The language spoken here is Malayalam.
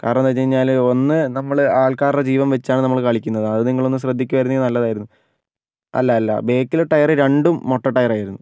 കാരണം എന്ന് വെച്ച് കഴിഞ്ഞാൽ ഒന്ന് നമ്മൾ ആൾക്കാരുടെ ജീവൻ വെച്ചാണ് നമ്മൾ കളിക്കുന്നത് അത് നിങ്ങൾ ഒന്ന് ശ്രദ്ധിക്കുമായിരുന്നെങ്കിൽ നല്ലതായിരുന്നു അല്ല അല്ല ബാക്കിലെ ടയർ രണ്ടും മൊട്ട ടയർ ആയിരുന്നു